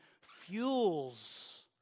fuels